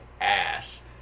ass